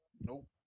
Nope